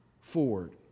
forward